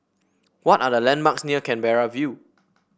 what are the landmarks near Canberra View